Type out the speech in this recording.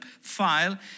file